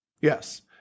Yes